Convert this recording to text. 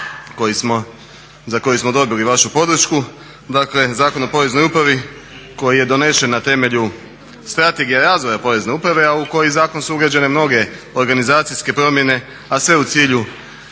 za koji smo dobili vašu podršku. Dakle Zakon o Poreznoj upravi koji je donesen na temelju Strategije razvoja Porezne uprave, a u koji zakon su ugrađene mnoge organizacijske promjene, a sve u cilju